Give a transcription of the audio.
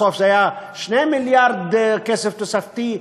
בסוף זה היה 2 מיליארד כסף תוספתי,